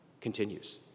continues